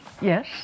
Yes